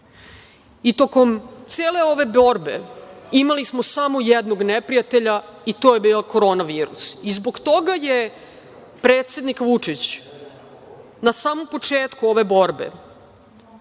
to tokom cele ove borbe imali smo samo jednog neprijatelja i to je bila Korona virus. I zbog toga je predsednik Vučić na samom početku ove borbe